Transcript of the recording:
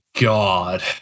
God